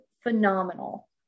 phenomenal